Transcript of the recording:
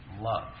love